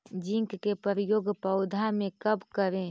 Zinc के प्रयोग पौधा मे कब करे?